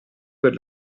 per